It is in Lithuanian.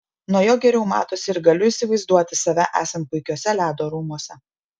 nuo jo geriau matosi ir galiu įsivaizduoti save esant puikiuose ledo rūmuose